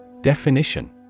Definition